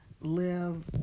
live